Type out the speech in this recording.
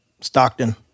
Stockton